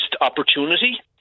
opportunity